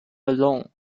alone